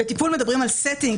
בטיפול מדברים על סטינג,